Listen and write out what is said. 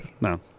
No